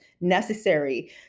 necessary